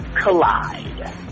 collide